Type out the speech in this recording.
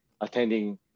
attending